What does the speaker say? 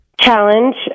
challenge